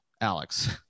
alex